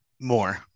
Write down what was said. More